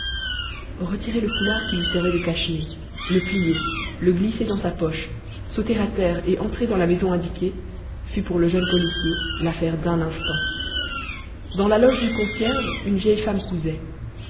retirer le foulard qui lui servait de cache-nez le plier le glisser dans sa poche sauter à terre et entrer dans la maison indiquée fut pour le jeune policier l'affaire d'un instant dans la loge du concierge une vieille femme cousait